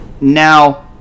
Now